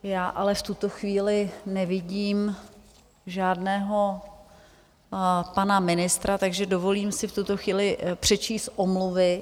Já ale v tuto chvíli nevidím žádného pana ministra, takže dovolím si v tuto chvíli přečíst omluvy.